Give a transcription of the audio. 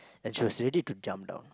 and she was ready to jump down